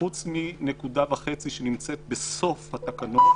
חוץ מנקודה וחצי שנמצאות בסוף התקנות.